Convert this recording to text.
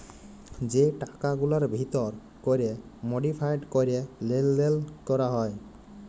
যে টাকাগুলার ভিতর ক্যরে মডিফায়েড ক্যরে লেলদেল ক্যরা হ্যয়